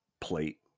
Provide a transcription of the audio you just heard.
plate